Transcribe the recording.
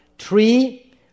Three